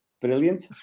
Brilliant